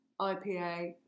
IPA